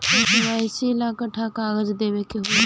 KYC ला कट्ठा कथी कागज देवे के होई?